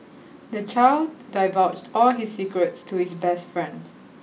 the child divulged all his secrets to his best friend